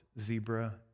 zebra